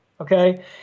okay